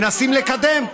ומנסים לקדם,